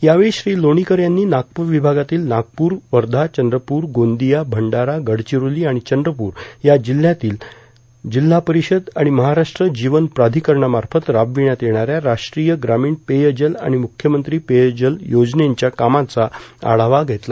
यावेळी श्री लोणीकर यांनी नागपूर विभागातील नागपूर वर्धा चंद्रपूर गोंदिया भंडारा गडचिरोली आणि चंद्रपूर या जिल्ह्यातील जिल्हा परिषद आणि महाराष्ट्र जीवन प्राधिकरणामार्फत राबविण्यात येणाऱ्या राष्ट्रीय ग्रामीण पेयजल आणि मुख्यमंत्री पेयजल योजनेंच्या कामांचा आढावा घेतला